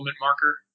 marker